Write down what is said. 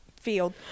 field